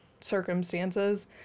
circumstances